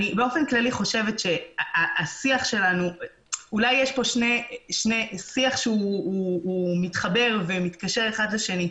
באופן כללי אני חושבת שהשיח שלנו שיח שהוא מתחבר ומתקשר אחד לשני.